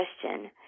question